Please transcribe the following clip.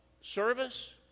service